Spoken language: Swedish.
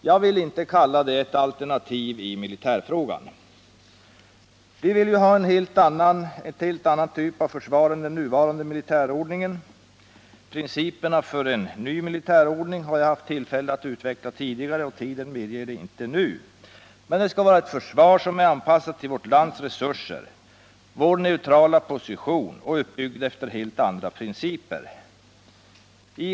Jag vill inte kalla det ett alternativ i militärfrågan. Vi vill ha en helt annan typ av försvar än den nuvarande militärordningen. Hur vi vill se principerna för en ny militärordning har jag haft tillfälle att utveckla tidigare. Tider: medger inte att jag går närmare in på det nu, men det handlar om ett försvar som är anpassat till vårt lands resurser och vår neutrala position och som är uppbyggt efter helt andra principer än de nuvarande.